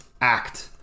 act